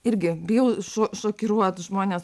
irgi bijau šo šokiruoti žmones